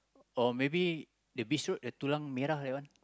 or maybe the Beach Road the tulang-merah that one